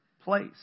place